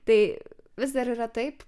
tai vis dar yra taip